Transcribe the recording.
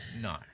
No